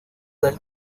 del